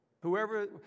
Whoever